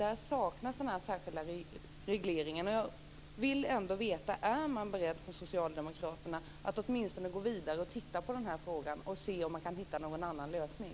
Där saknas den här särskilda regleringen. Är man alltså från socialdemokraterna beredd att åtminstone gå vidare och titta på frågan för att se om det går att hitta en annan lösning.